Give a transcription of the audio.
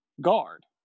guard